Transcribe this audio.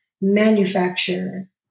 manufacture